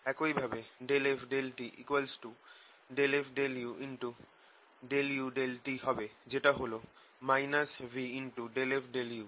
একই ভাবে ∂f∂t ∂f∂u∂u∂t হবে যেটা হল v∂f∂u